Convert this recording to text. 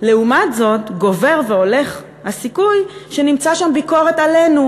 לעומת זאת גובר והולך הסיכוי שנמצא שם ביקורת עלינו,